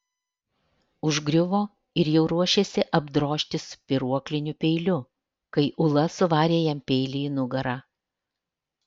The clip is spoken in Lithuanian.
užgriuvo ir jau ruošėsi apdrožti spyruokliniu peiliu kai ula suvarė jam peilį į nugarą